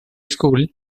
school